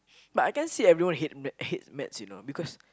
but I can't say everyone hate maths hates math you know because